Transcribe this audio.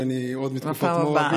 ואני עוד מתקופת, בפעם הבאה.